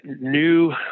new